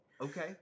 Okay